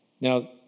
Now